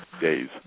days